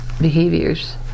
behaviors